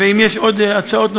ואם יש הצעות נוספות,